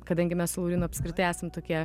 kadangi mes apskritai esam tokie